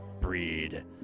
breed